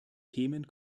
themen